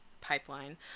pipeline